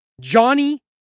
Johnny